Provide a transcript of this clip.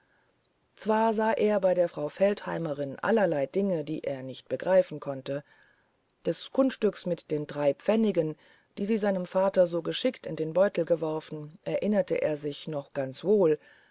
zwar sah er bei der frau feldheimerin allerlei dinge die er nicht begreifen konnte des kunststückchens mit den drei pfennigen die sie seinem vater so geschickt in den beutel geworfen erinnerte er sich noch ganz wohl